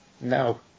No